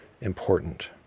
important